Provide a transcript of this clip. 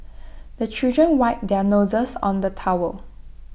the children wipe their noses on the towel